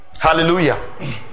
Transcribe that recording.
hallelujah